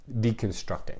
deconstructing